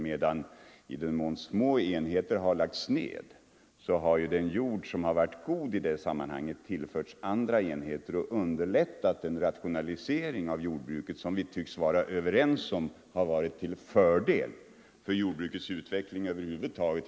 Och i den mån små enheter lagts ner har den jord som varit god tillförts andra enheter. Detta har underlättat en rationalisering av jordbruket som vi tycks vara överens om har varit till fördel för jordbrukets utveckling över huvud taget.